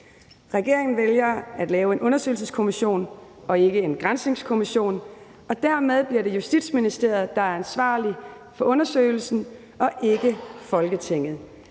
Regeringen vælger at lave en undersøgelseskommission og ikke en granskningskommission, og dermed bliver det Justitsministeriet, der er ansvarligt for undersøgelsen, og ikke Folketinget.